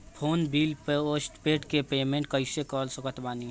Phone bill postpaid के payment कैसे कर सकत बानी?